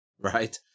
right